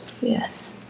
yes